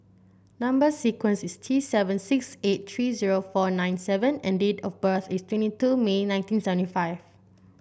number sequence is T seven six eight three zero four nine seven and date of birth is twenty two May nineteen seventy five